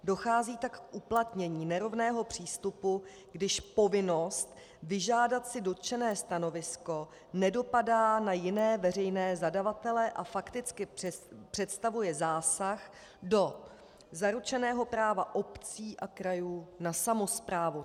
Dochází tak k uplatnění nerovného přístupu, když povinnost vyžádat si dotčené stanovisko nedopadá na jiné veřejné zadavatele a fakticky představuje zásah do zaručeného práva obcí a krajů na samosprávu.